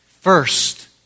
first